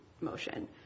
motion